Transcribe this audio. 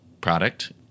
product